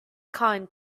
kind